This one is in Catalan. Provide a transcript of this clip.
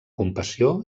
compassió